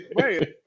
Wait